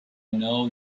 know